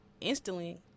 instantly